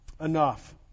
enough